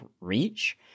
reach